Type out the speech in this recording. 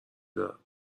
دارم